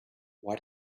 why